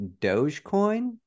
dogecoin